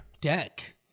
deck